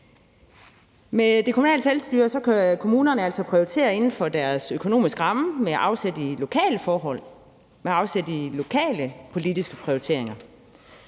Med det kommunale selvstyre kan kommunerne altså prioritere inden for deres økonomiske ramme med afsæt i lokale forhold og lokale politiske prioriteringer,